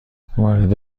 وارد